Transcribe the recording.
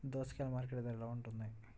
దోసకాయలు మార్కెట్ ధర ఎలా ఉంటుంది?